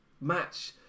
match